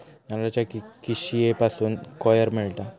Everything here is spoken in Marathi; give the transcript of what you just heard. नारळाच्या किशीयेपासून कॉयर मिळता